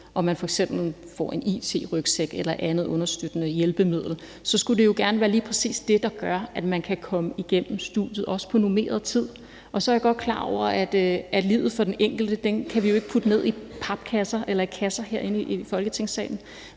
og man f.eks. får en it-rygsæk eller et andet understøttende hjælpemiddel, skulle det jo gerne være lige præcis det, der gør, at man kan komme igennem studiet på normeret tid. Og så er jeg godt klar over, at livet for den enkelte kan vi herinde i Folketingssalen